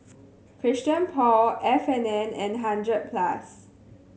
Christian Paul F and N and Hundred Plus